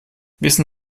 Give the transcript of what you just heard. wissen